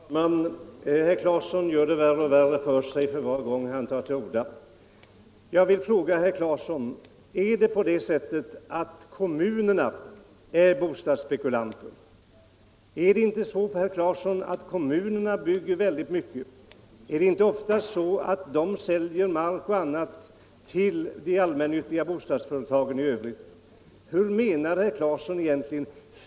Herr talman! Herr Claeson gör det värre och värre för sig för var gång han tar till orda. Jag vill fråga honom: Är kommunerna bostadsspekulanter? Bygger inte de väldigt mycket? Säljer inte kommunerna ofta mark och annat till de allmännyttiga bostadsföretagen? Vad menar herr Claeson egentligen?